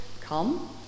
Come